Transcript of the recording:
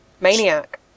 Maniac